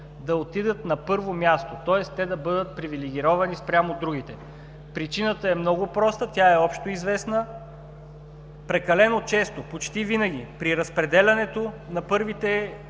да отидат на първо място, тоест да бъдат привилегировани спрямо другите. Причината е много проста и общоизвестна – прекалено често, почти винаги при разпределянето на първите кредитори